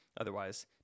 otherwise